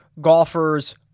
golfers